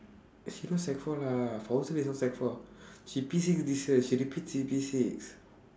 eh she not sec four lah is not sec four she P six this year she repeat P six